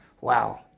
Wow